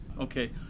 Okay